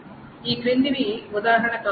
ఈ క్రిందివి ఉదాహరణ కావచ్చు